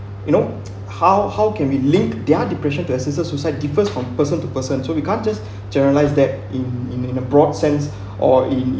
you know how how can we link their depression to assisted suicide differs from person to person so you can't just generalize that in in a broad sense or in